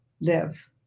live